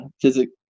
physics